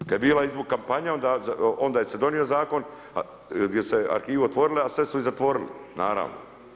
Kad je bila kampanja onda se donio zakon gdje su se arhivi otvorili a sad su ih zatvorili, naravno.